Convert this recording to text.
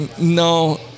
No